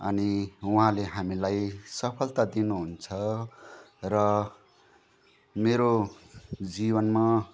अनि उहाँले हामीलाई सफलता दिनुहुन्छ र मेरो जीवनमा